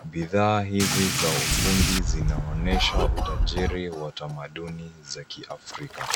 Bidhaa hizi za ufundi zinaonyesha utajiri wa utamaduni za kiafrika.